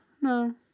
no